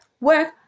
Work